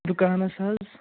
دُکانَس حظ